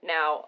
Now